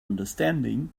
understanding